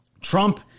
Trump